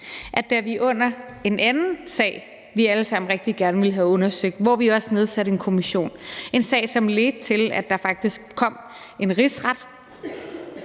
at vi under en anden sag, som vi alle sammen rigtig gerne ville have undersøgt, og hvor vi også nedsatte en kommission – en sag som ledte til, at der faktisk kom en rigsret